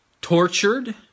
tortured